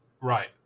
Right